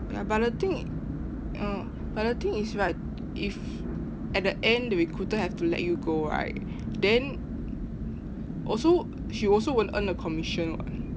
ya but the thing uh but the thing is right if at the end the recruiter have to let you go right then also she also won't earn the commission [what]